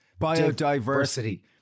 biodiversity